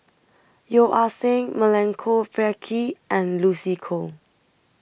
Yeo Ah Seng Milenko Prvacki and Lucy Koh